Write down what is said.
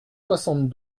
soixante